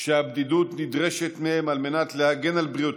כשהבדידות נדרשת מהם על מנת להגן על בריאותם,